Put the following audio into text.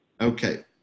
Okay